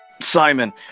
Simon